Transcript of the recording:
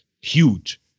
huge